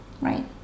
right